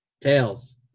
Tails